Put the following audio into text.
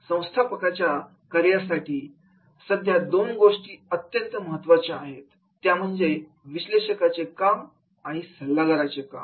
व्यवस्थापनाच्या कार्यासाठी सध्या दोन गोष्टी अत्यंत महत्त्वाच्या आहेत त्या म्हणजे विश्लेषकांचे काम आणि सल्लागाराचे काम